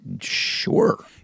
sure